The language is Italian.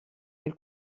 del